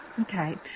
Okay